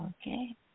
Okay